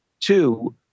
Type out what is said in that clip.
two